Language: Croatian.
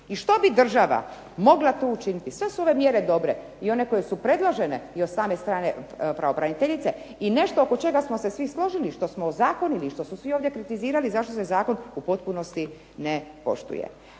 I što bi država mogla tu učiniti, sve su tu mjere dobre, i one koje su predložene od strane pravobraniteljice i nešto oko čega smo se svi složili, što smo ozakonili, što su se svi ovdje kritizirali zašto se Zakon u potpunosti ne poštuju.